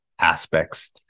aspects